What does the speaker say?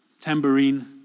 tambourine